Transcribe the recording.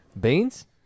Beans